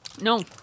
No